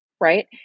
right